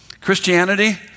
Christianity